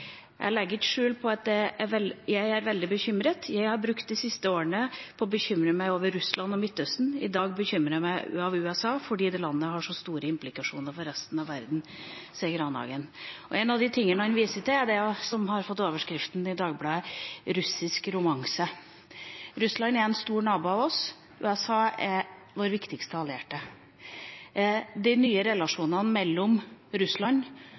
legger ikke skjul på at jeg er veldig bekymret. Jeg har brukt de siste årene på å bekymre meg over Russland og Midtøsten. I dag er jeg mer bekymret for USA fordi dette landet har så store implikasjoner for resten av verden.» En av de tingene han viser til, er det som i Dagbladet har fått overskriften «Russisk romanse». Russland er en stor nabo av oss, og USA er vår viktigste allierte. De nye relasjonene mellom Russland